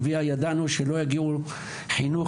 ידענו שלא יגיע חינוך,